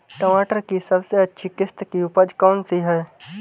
टमाटर की सबसे अच्छी किश्त की उपज कौन सी है?